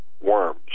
worms